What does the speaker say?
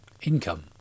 income